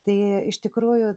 tai iš tikrųjų